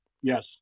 Yes